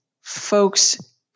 folks